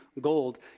gold